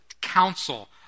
counsel